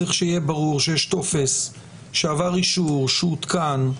צריך שיהיה ברור שיש טופס שעבר אישור, שעודכן.